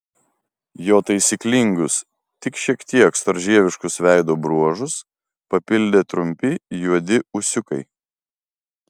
jo taisyklingus tik šiek tiek storžieviškus veido bruožus papildė trumpi juodi ūsiukai